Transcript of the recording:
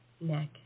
neck